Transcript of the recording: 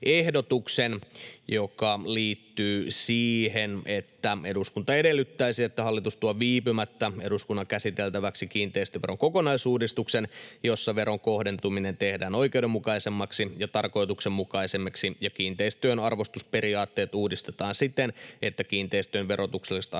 joka liittyy siihen, että eduskunta edellyttäisi, että hallitus tuo viipymättä eduskunnan käsiteltäväksi kiinteistöveron kokonaisuudistuksen, jossa veron kohdentuminen tehdään oikeudenmukaisemmaksi ja tarkoituksenmukaisemmaksi ja kiinteistöjen arvostusperiaatteet uudistetaan siten, että kiinteistöjen verotukselliset arvot ovat